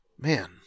Man